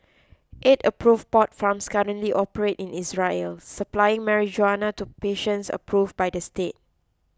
eight approve pot farms currently operate in Israel supplying marijuana to patients approve by the state